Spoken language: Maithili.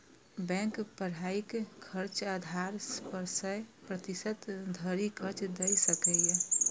बैंक पढ़ाइक खर्चक आधार पर सय प्रतिशत धरि कर्ज दए सकैए